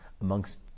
amongst